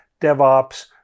DevOps